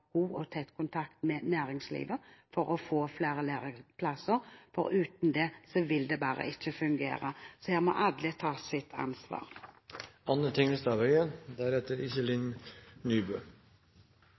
god og tett kontakt med næringslivet for å få flere læreplasser, for uten det vil det bare ikke fungere. Så her må alle ta sitt